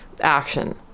action